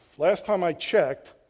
last time i checked,